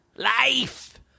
life